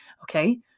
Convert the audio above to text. Okay